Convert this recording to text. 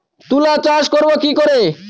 তুলা চাষ করব কি করে?